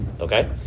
Okay